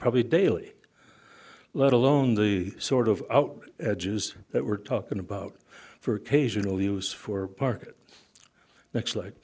probably daily let alone the sort of out edges that we're talking about for occasional use for park